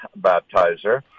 baptizer